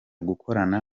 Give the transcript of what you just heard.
gukorana